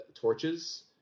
torches